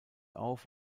auf